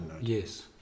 Yes